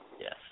Yes